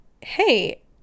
hey